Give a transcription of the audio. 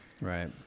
Right